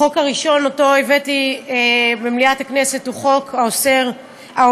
החוק הראשון שהבאתי למליאת הכנסת הוא חוק העוסק